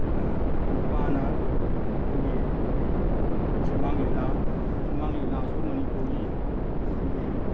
ꯅꯨꯄꯥꯅ ꯑꯩꯈꯣꯏꯒꯤ ꯁꯨꯃꯥꯡ ꯂꯤꯂꯥ ꯁꯨꯃꯥꯡ ꯂꯤꯂꯥꯁꯨ ꯃꯅꯤꯄꯨꯔꯒꯤ ꯑꯩꯈꯣꯏꯒꯤ